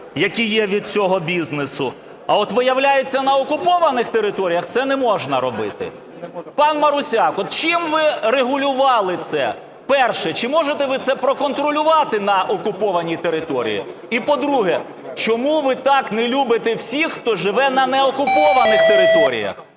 які є від цього бізнесу. А от, виявляється, на окупованих територіях це не можна робити. Пан Марусяк, от чим ви регулювали це? Перше. Чи можете ви це проконтролювати на окупованій території. І по-друге, чому ви так не любите всіх, хто живе на неокупованих територіях?